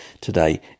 today